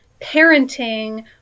parenting